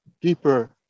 deeper